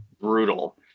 brutal